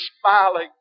smiling